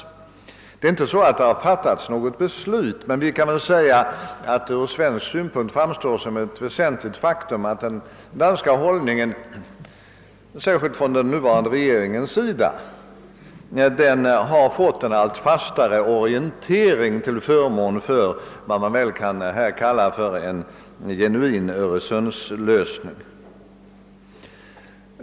Något beslut har inte fattats, men vi kan väl säga att det ur svensk synpunkt framstår som ett väsentligt faktum att den danska hållningen — särskilt den nuvarande danska regeringens hållning — fått en allt bestämdare orientering till förmån för vad som kan kallas en genuin Ööresundslösning.